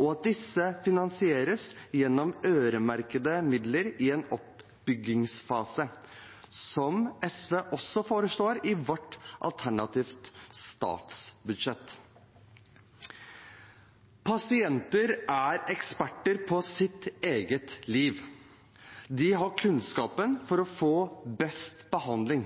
og at disse finansieres gjennom øremerkede midler i en oppbyggingsfase – som SV også foreslår i sitt alternative statsbudsjett. Pasienter er eksperter på sitt eget liv. De har kunnskapen for å få best behandling.